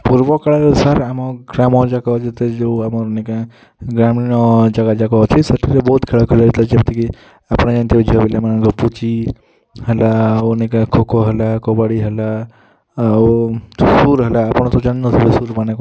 ପୂର୍ବ କାଳରେ ସାର୍ ଆମ ଗ୍ରାମଯାକ ଯେତେ ଯୋଉ ଆମର୍ ନି କାଏଁ ଗ୍ରାମୀଣ ଜାଗା ଯାକ ଅଛି ସେଠିରେ ବହୁତ୍ ଖେଳ ଖେଳା ଯାଇଥିଲା ଯେମିତିକି ଆପଣ ଜାଣିଥିବେ ଯୋଉ ଝିଅ ପିଲାମାନଙ୍କର ପୁଚି ହେଲା ଆଉ ନି କାଏଁ ଖୋ ଖୋ ହେଲା କବାଡ଼ି ହେଲା ଆଉ ଆପଣ ତ ଜାଣି ନଥିବେ ମାନେ କ'ଣ